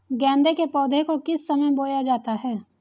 गेंदे के पौधे को किस समय बोया जाता है?